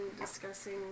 discussing